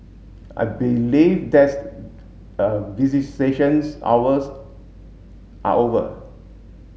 I believe that's a visitations hours are over